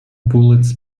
bullets